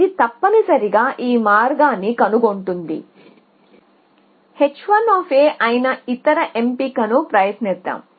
ఇది తప్పనిసరిగా ఈ మార్గాన్ని కనుగొంటుంది h1 అయిన ఇతర ఎంపికను ప్రయత్నిద్దాం